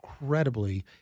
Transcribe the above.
incredibly